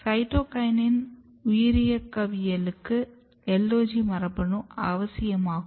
cytokinin உயிரியக்கவியலுக்கு LOG மரபணு அவசியமாகும்